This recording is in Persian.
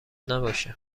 نباشه